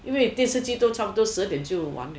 因为电视机都差不多十二点就完了